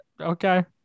Okay